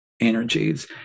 energies